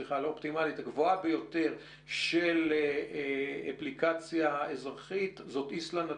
הגבוהה ביותר של אפליקציה אזרחית היא איסלנד עם